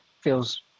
feels